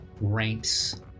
ranks